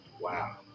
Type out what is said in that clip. Wow